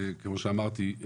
כמו שאמרתי,